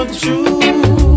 true